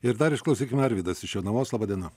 ir dar išklausykime arvydas iš jonavos laba diena